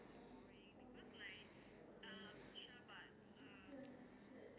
but I feel like art is just I think art is like useful it's useless